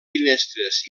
finestres